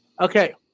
Okay